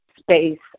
space